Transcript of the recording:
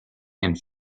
and